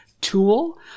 tool